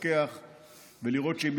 לפחות מתוך מה שעולה